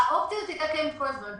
האופציות --- כל הזמן,